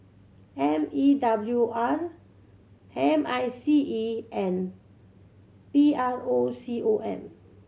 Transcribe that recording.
M E W R M I C E and P R O C O M